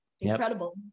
Incredible